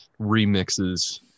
remixes